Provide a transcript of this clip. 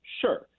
Sure